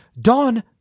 Dawn